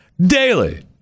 Daily